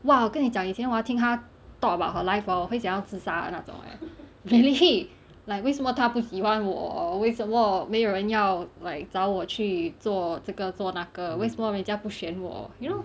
!wah! 我跟你讲以前我要听他 talk about her life !wah! 我会想要自杀的那种 leh really like 为什么他不喜欢我为什么没有人要 like 找我去做这个做那个为什么人家不选我 you know